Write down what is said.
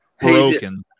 broken